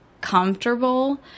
comfortable